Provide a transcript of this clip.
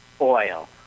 Oil